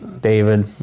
David